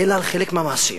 אלא על חלק מהמעשים,